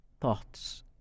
thoughts